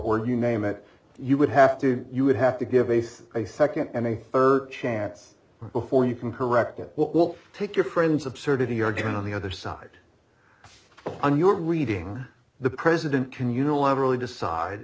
or you name it you would have to you would have to give eighth a second ending her chance before you can correct it what will take your friends absurdity argument on the other side and your reading the president can unilaterally decide